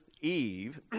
Eve